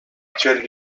actuelle